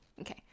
Okay